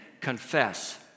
Confess